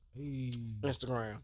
Instagram